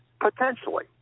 potentially